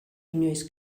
inoiz